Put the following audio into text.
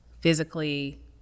physically